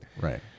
right